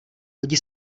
hodí